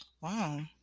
Wow